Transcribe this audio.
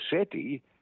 City